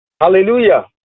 Hallelujah